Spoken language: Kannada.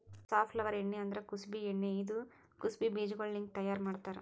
ಸಾರ್ಫ್ಲವರ್ ಎಣ್ಣಿ ಅಂದುರ್ ಕುಸುಬಿ ಎಣ್ಣಿ ಇದು ಕುಸುಬಿ ಬೀಜಗೊಳ್ಲಿಂತ್ ತೈಯಾರ್ ಮಾಡ್ತಾರ್